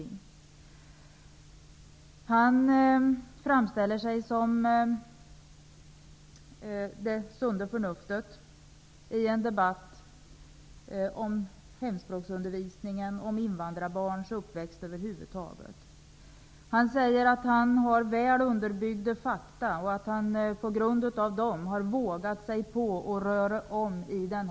Claus Zaar framställer sig själv som det sunda förnuftet i debatten om hemspråksundervisningen och invandrarbarns uppväxt. Han säger att han har väl underbyggda fakta och att han tack vare dem har vågat sig på att röra om i grytan.